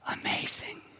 amazing